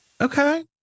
Okay